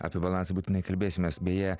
apie balansą būtinai kalbėsimės beje